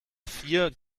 vier